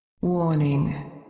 warning